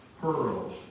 pearls